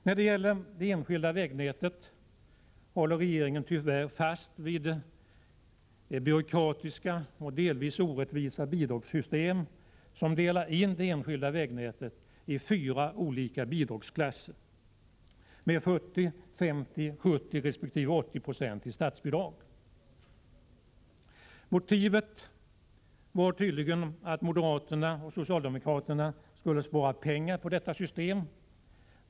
När det gäller det enskilda vägnätet håller regeringen tyvärr fast vid det byråkratiska och delvis orättvisa bidragssystem som delar in det enskilda vägnätet i fyra olika bidragsklasser med 40, 50, 70 resp. 80 96 statsbidrag. Motivet var tydligen att moderaterna och socialdemokraterna skulle spara pengar på detta system.